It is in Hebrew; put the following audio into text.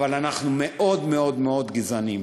אבל אנחנו מאוד מאוד מאוד גזעניים.